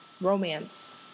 romance